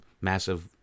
massive